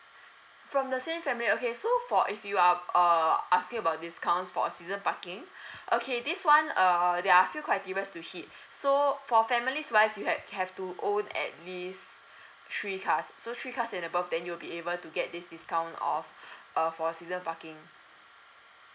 from the same family okay so for if you are uh asking about discounts for a season parking okay this one err there are few criteria to hit so for families wise you hav~ have to own at least three cars so three cars and above then you will be able to get this discount of uh for season parking